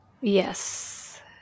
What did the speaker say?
Yes